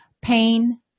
pain